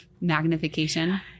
magnification